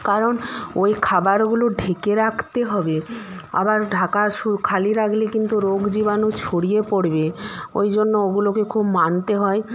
কারণ ওই খাবারগুলো ঢেকে রাখতে হবে আবার ঢাকার শু খালি রাগলে কিন্তু রোগ জীবাণু ছড়িয়ে পরবে ওই জন্য ওগুলোকে খুব মানতে হয়